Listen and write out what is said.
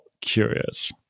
curious